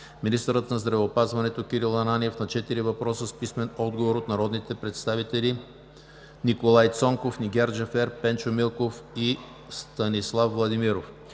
министърът на здравеопазването Кирил Ананиев – на четири въпроса с писмен отговор от народните представители Николай Цонков; Нигяр Джафер; Пенчо Милков; и Станислав Владимиров;